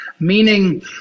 meaning